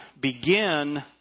begin